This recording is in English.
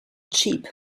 cheap